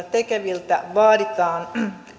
tekeviltä vaaditaan